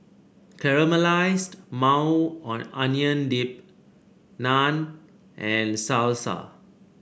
Caramelized Maui Onion Dip Naan and Salsa